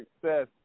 success